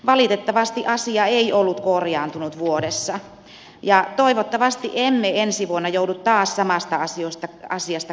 valitettavasti asia ei ollut korjaantunut vuodessa ja toivottavasti emme ensi vuonna joudu taas samasta asiasta kritisoimaan